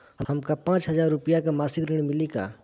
हमका पांच हज़ार रूपया के मासिक ऋण मिली का?